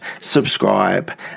subscribe